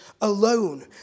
alone